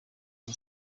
bwa